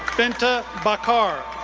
binta bakarr,